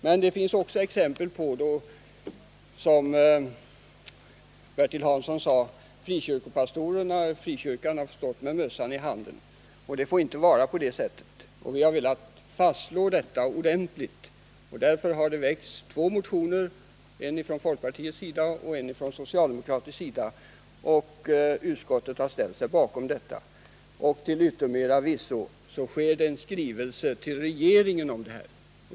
Men det finns också, som Bertil Hansson sade, exempel på att frikyrkopastorerna — företrädarna för frikyrkan — har stått med mössan i handen. Det får inte vara så, och det har vi velat fastslå ordentligt. Därför har det väckts två motioner, en från folkpartiet och en från socialdemokratisk sida. Utskottet har ställt sig bakom dessa motioner. Till yttermera visso blir det en skrivelse till regeringen om detta.